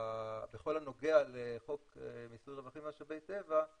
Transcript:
בכל הנוגע לחוק מיסוי רווחים ממשאבי טבעי